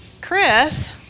Chris